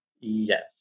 Yes